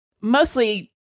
mostly